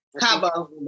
Cabo